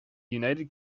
united